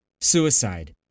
suicide